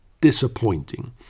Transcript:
disappointing